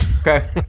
Okay